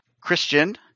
Christian